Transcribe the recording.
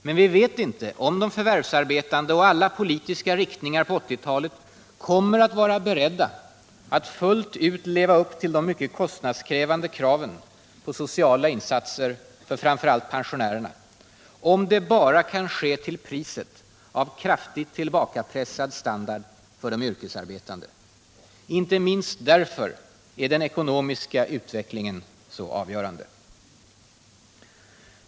Men vi vet inte om de förvärvsarbetande och alla politiska riktningar på 1980-talet kommer att vara beredda att fullt ut leva upp till de mycket kostnadskrävande kraven på sociala insatser för framför allt pensionärerna, om det bara kan ske till priset av kraftigt tillbakapressad standard för de yrkesarbetande. Inte minst därför är den ekonomiska utvecklingen så avgörande.